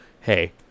Hey